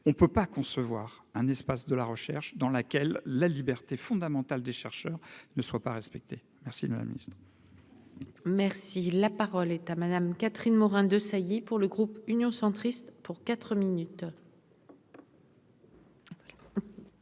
on ne peut pas concevoir un espace de la recherche, dans laquelle la liberté fondamentale des chercheurs ne soient pas respectées merci Namyst. Merci, la parole est à Madame Catherine Morin-Desailly pour le groupe Union centriste pour 4 minutes.